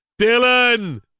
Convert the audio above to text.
Dylan